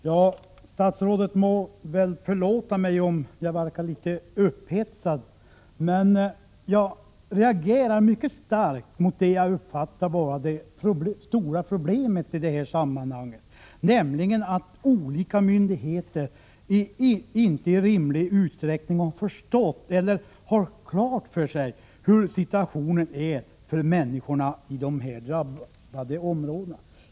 Herr talman! Statsrådet må förlåta mig om jag verkar litet upphetsad, men jag reagerar mycket starkt mot det som jag uppfattar vara det stora problemet i detta sammanhang, nämligen att olika myndigheter inte i rimlig utsträckning har klart för sig hurdan situationen är för människorna i de drabbade områdena.